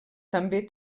també